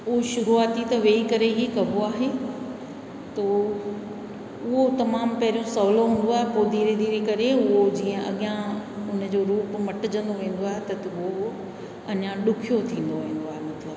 उहो शुरूआती त वेही करे ई कबो आहे थो उहो तमामु पहिरियों सवलो हूंदो आहे पोइ धीरे धीरे करे पोइ अॻियां जीअं उन जो रूप मटिजंदो वेंदो आहे त उहो अञा ॾुखियो थींदो वेंदो आहे मतिलबु